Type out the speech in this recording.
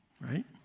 right